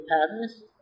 patterns